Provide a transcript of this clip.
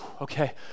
Okay